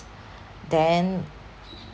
then